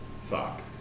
fuck